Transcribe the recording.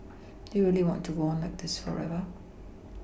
do you really want to go on like this forever